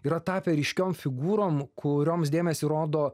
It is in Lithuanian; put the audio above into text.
yra tapę ryškiom figūrom kurioms dėmesį rodo